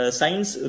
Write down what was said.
science